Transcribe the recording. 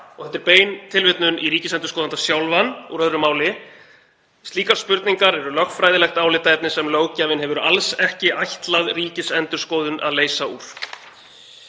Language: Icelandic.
og þetta er bein tilvitnun í ríkisendurskoðanda sjálfan úr öðru máli, eru „lögfræðilegt álitaefni, sem löggjafinn hefur alls ekki ætlað Ríkisendurskoðun að leysa úr“.